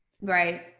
Right